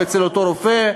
או אצל אותו רופא,